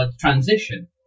transition